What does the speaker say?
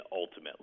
ultimately